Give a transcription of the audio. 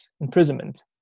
imprisonment